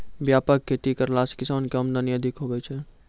व्यापक खेती करला से किसान के आमदनी अधिक हुवै छै